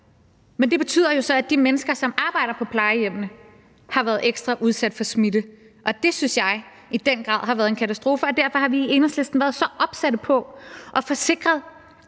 Men det betyder jo så, at de mennesker, som arbejder på plejehjemmene, har været ekstra udsat for smitte, og det synes jeg i den grad har været en katastrofe, og derfor har vi i Enhedslisten været er så opsatte på at få sikret